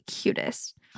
cutest